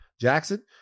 Jackson